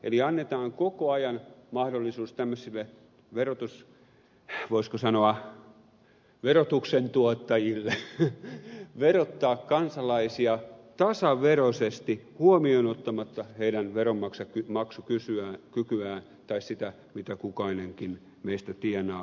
eli annetaan koko ajan mahdollisuus tämmöisille voisiko sanoa verotuksentuottajille verottaa kansalaisia tasaveroisesti ottamatta huomioon heidän veronmaksukykyään tai sitä mitä kukainenkin meistä tienaa